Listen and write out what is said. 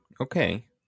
Okay